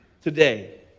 today